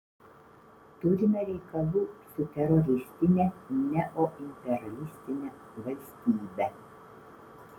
turime reikalų su teroristine neoimperialistine valstybe